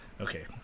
Okay